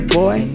boy